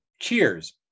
cheers